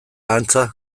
antza